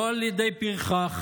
לא על ידי פרחח,